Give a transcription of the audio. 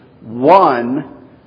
one